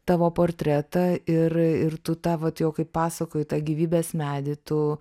tavo portretą ir ir tu tą vat jo kaip pasakoji tą gyvybės medį tu